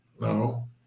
No